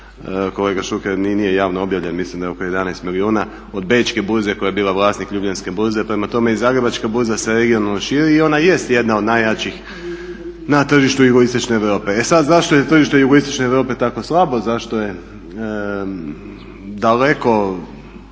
Šuker ni nije javno objavljen, mislim da je oko 11 milijuna, od Bečke burze koja je bila vlasnik Ljubljanske burze. Prema tome i Zagrebačka burza se regionalno širi i ona jest jedna od najjačih na tržištu jugoistočne Europe. E sad, zašto je tržište jugoistočne Europe tako slabo, zašto je daleko